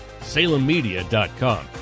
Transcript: salemmedia.com